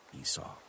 Esau